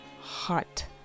hot